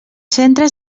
centres